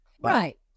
Right